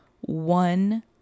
one